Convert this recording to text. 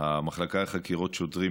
את ההפגנה,